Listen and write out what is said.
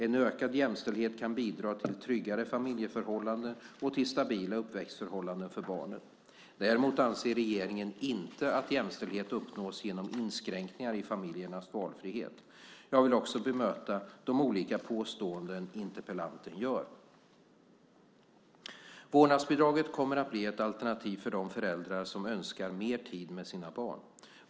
En ökad jämställdhet kan bidra till tryggare familjeförhållanden och till stabila uppväxtförhållanden för barnen. Däremot anser regeringen inte att jämställdhet uppnås genom inskränkningar i familjernas valfrihet. Jag vill också bemöta de olika påståenden interpellanten gör. Vårdnadsbidraget kommer att bli ett alternativ för de föräldrar som önskar mer tid med sina barn.